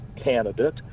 candidate